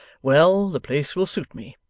well, the place will suit me,